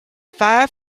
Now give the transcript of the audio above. five